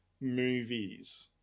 movies